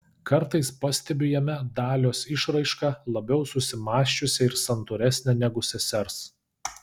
kartais pastebiu jame dalios išraišką labiau susimąsčiusią ir santūresnę negu sesers